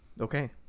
Okay